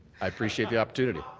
i appreciate the opportunity.